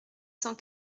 cent